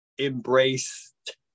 embraced